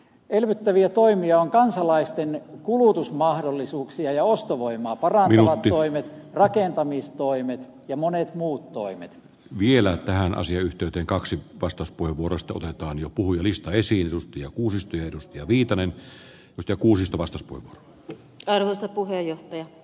elvyttäviä toimia ovat kansalaisten kulutusmahdollisuuksia ja ostovoimaa parantavat toimet rakentamistoimet ja monet muut toimet vielä tähän asiayhteyteen kaksi bastos kuivurista otetaan jo puujunista esiin kuusi speedy viitanen petra kuusisto vastus kuin taidossa puheenjohtaja e